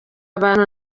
abantu